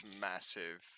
massive